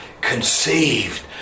conceived